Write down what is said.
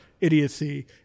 idiocy